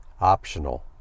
optional